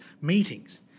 meetings